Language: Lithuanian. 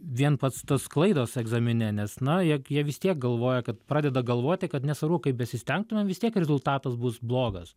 vien pats tos klaidos egzamine nes na jie jie vis tiek galvoja kad pradeda galvoti kad nesvarbu kaip besistengtumėm vis tiek rezultatas bus blogas